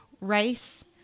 rice